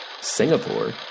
Singapore